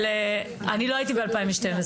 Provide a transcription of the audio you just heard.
אני לא הייתי ב-2012.